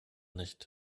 nicht